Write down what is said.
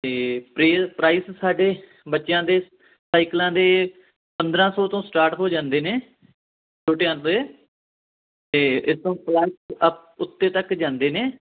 ਅਤੇ ਪਰੇ ਪ੍ਰਾਈਜ਼ ਸਾਡੇ ਬੱਚਿਆਂ ਦੇ ਸਾਈਕਲਾਂ ਦੇ ਪੰਦਰਾਂ ਸੌ ਤੋਂ ਸਟਾਰਟ ਹੋ ਜਾਂਦੇ ਨੇ ਛੋਟਿਆਂ ਦੇ ਅਤੇ ਇਸ ਤੋਂ ਉੱਤੇ ਤੱਕ ਜਾਂਦੇ ਨੇ